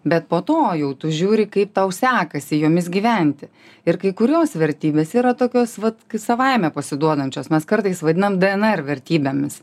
bet po to jau tu žiūri kaip tau sekasi jomis gyventi ir kai kurios vertybės yra tokios vat k savaime pasiduodančios mes kartais vadiname dnr vertybėmis